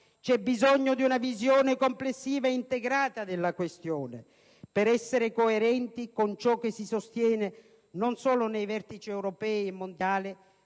C'è bisogno di una visione complessiva e integrata della questione per essere coerenti con ciò che si sostiene non solo nei vertici europei e mondiali,